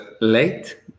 late